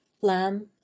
lamb